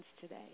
today